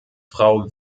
frau